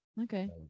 okay